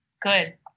good